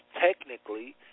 technically